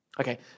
Okay